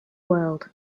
world